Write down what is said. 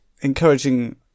encouraging